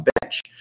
bench